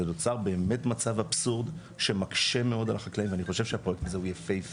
זה יצר מצב אבסורד שמקשה מאוד על החקלאים ואני חושב שהפרויקט הזה יפיפה,